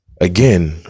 Again